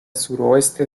suroeste